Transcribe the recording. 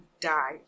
died